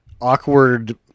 awkward